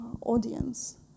audience